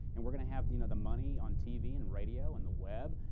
and we're going to have the you know the money on tv and radio and the web.